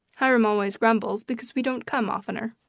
hiram always grumbles because we don't come oftener.